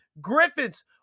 Griffins